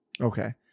Okay